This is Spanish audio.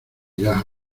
irás